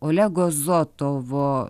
olego zotovo